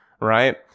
right